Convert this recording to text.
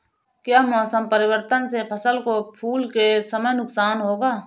क्या मौसम परिवर्तन से फसल को फूल के समय नुकसान होगा?